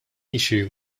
issue